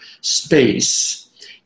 space